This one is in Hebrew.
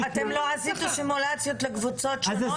לא עשיתם סימולציות לקבוצות שונות?